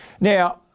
Now